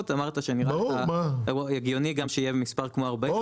אמרת שנראה לך הגיוני גם שיהיה מספר כמו 40. ברור מה,